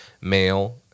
male